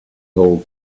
hall